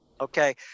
Okay